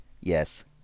Yes